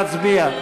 נא להצביע.